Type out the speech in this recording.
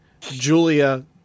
Julia